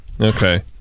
Okay